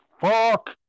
fuck